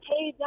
Hey